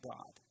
God